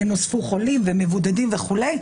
חולים ומבודדים וכולי,